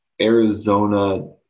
Arizona